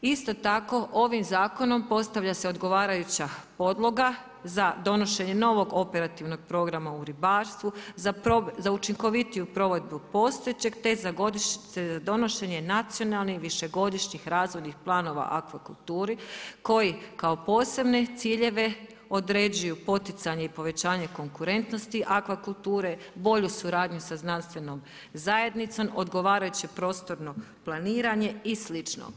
Isto tako ovim zakonom postavlja se odgovarajuća podloga za donošenje novog operativnog programa u ribarstvu, za učinkovitiju provedbu postojećeg te za donošenje nacionalnih i višegodišnjih planovi u akvakulturi koji kao posebne ciljeve određuju poticanje i povećanje konkurentnosti akvakulture, bolju suradnju sa znanstvenom zajednicom, odgovarajuće prostorno planiranje i slično.